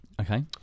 Okay